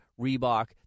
Reebok